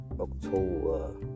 october